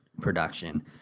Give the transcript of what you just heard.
production